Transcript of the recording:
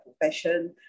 profession